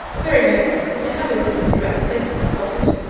the very moment. i have your brother's address safe in my pocket.